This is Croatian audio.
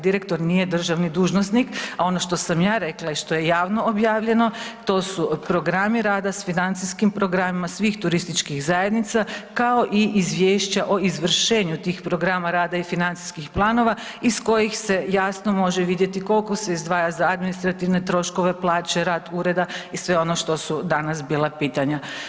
Direktor nije državni dužnosnik, a ono što sam ja rekla i što je javno objavljeno to su programi rada s financijskim programima svih turističkih zajednica kao i izvješća o izvršenju tih programa rada i financijskih planova iz kojih se jasno može vidjeti koliko se izdvaja za administrativne troškove plaće, rad ureda i sve ono što su danas bila pitanja.